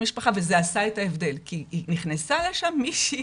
המשפחה וזה עשה את ההבדל כי נכנסה לשם מישהי.